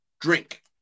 drink